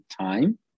time